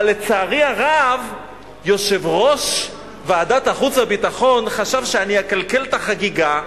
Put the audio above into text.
לצערי הרב יושב-ראש ועדת החוץ והביטחון חשב שאני אקלקל את החגיגה,